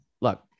look